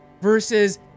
versus